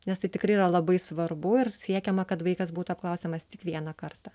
nes tai tikrai yra labai svarbu ir siekiama kad vaikas būtų apklausiamas tik vieną kartą